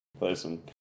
Listen